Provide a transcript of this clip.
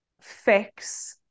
fix